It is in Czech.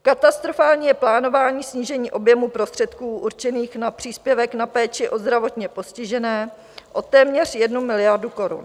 Katastrofální je plánování snížení objemu prostředků určených na příspěvek na péči o zdravotně postižené o téměř jednu miliardu korun.